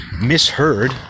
misheard